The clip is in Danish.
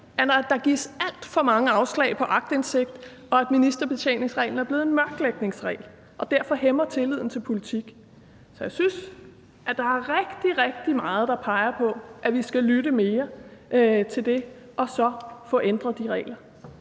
at der gives alt for mange afslag på aktindsigt, og at ministerbetjeningsreglen er blevet en mørklægningsregel og derfor hæmmer tilliden til det politiske. Jeg synes, at der er rigtig, rigtig meget, der peger på, at vi skal lytte mere til det og så få ændret de regler.